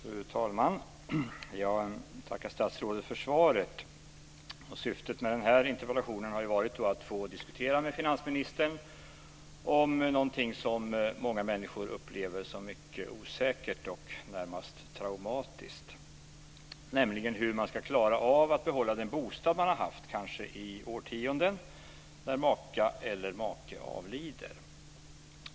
Fru talman! Jag vill tacka statsrådet för svaret. Syftet med denna interpellation har varit att få diskutera med finansministern någonting som många människor upplever som mycket osäkert och närmast traumatiskt, nämligen hur man ska klara av att behålla den bostad man har haft, kanske i årtionden, när ens maka eller make avlider.